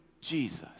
Jesus